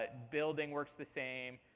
but building works the same.